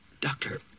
Doctor